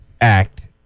act